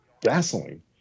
gasoline